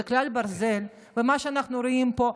זה כלל ברזל במה שאנחנו רואים פה.